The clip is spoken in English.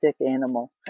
animal